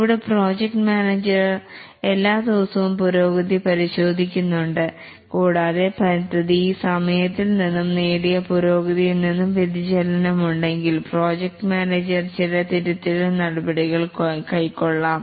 ഇവിടെ project manager എല്ലാദിവസവും പുരോഗതി പരിശോധിക്കേണ്ടതുണ്ട് കൂടാതെ പദ്ധതി സമയത്തിൽ നിന്നും നേടിയ പുരോഗതിയിൽ നിന്നും വ്യതിചലനം ഉണ്ടെങ്കിൽ പ്രോജക്റ്റ് മാനേജർ ചില തിരുത്തൽ നടപടികൾ കൈക്കൊള്ളാം